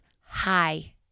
hi